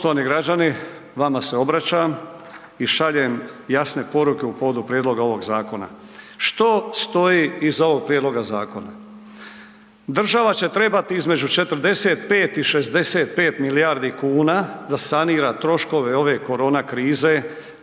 Poštovani građani, vama se obraćam i šaljem jasne poruke u povodu prijedloga ovog zakona. Što stoji iza ovog prijedloga zakona? Država će trebati između 45 i 65 milijardi kuna da sanira troškove ove korona krize,